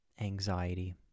anxiety